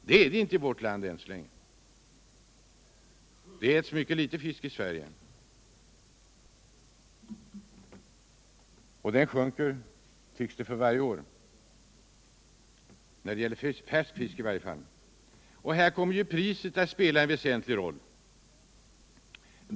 Det är det inte i vårt land i dag. Det äts mycket litet fisk i Sverige, och den konsumtionen tycks sjunka för varje år. i varje fall när det gäller färsk fisk. Här kommer priset att spela en väsentlig roll.